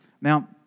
Now